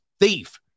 thief